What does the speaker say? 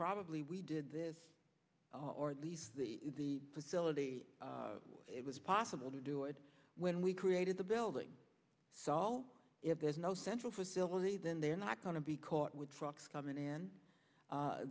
probably we did this or at least the facility it was possible to do it when we created the building so all if there's no central facility then they're not going to be caught with trucks coming in